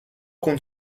con